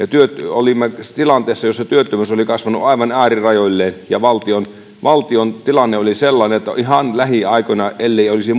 olimme tilanteessa jossa työttömyys oli kasvanut aivan äärirajoilleen ja valtion valtion tilanne oli sellainen että ihan lähiaikoina ellei olisi